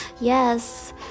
Yes